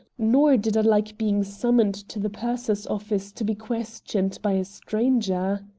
nor did i like being summoned to the purser's office to be questioned by a stranger.